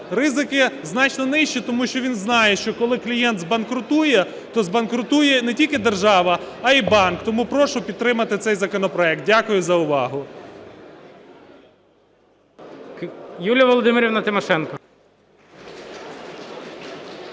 ризики значно нижчі, тому що він знає, що коли клієнт збанкрутує, то збанкрутує не тільки держава, а й банк, тому прошу підтримати цей законопроект. Дякую за увагу.